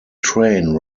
train